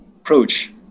approach